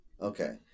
Okay